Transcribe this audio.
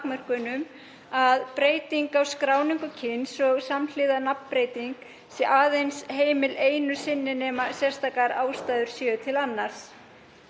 að breyting á skráningu kyns og samhliða nafnbreyting sé aðeins heimil einu sinni nema sérstakar ástæður séu til annars.